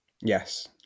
Yes